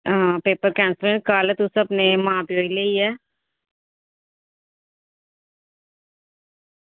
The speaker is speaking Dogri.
आं ते पेपर कैंसिल ते तुस अपने मां प्यो गी लेइयै